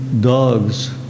dogs